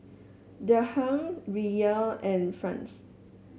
Dirham Riyal and France